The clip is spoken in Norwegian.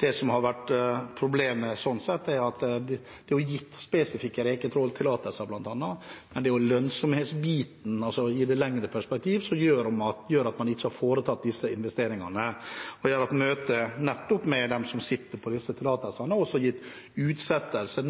Det som har vært problemet sånn sett, er at det bl.a. er gitt spesifikke reketråltillatelser, men det er lønnsomhetsbiten i et lengre perspektiv som gjør at man ikke har foretatt disse investeringene. Jeg har hatt møte nettopp med dem som sitter på disse tillatelsene, og gitt utsettelse